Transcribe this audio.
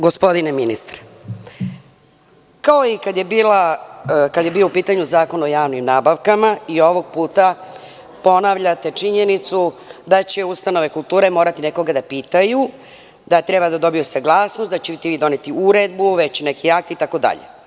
Gospodine ministre, kao i kada je bio u pitanju Zakon o javnim nabavkama i ovog puta ponavljate činjenicu da će ustanove kulture morati nekoga da pitaju da dobiju saglasnost, da ćete vi doneti uredbu, neki akt itd.